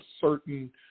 certain